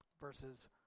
versus